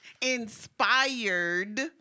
inspired